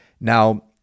Now